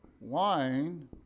wine